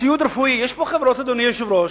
ציוד רפואי, יש פה חברות, אדוני היושב-ראש,